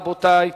רבותי,